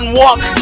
walk